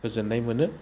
गोजोन्नाय मोनो